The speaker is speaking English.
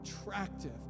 attractive